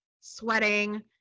sweating